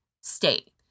state